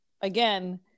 again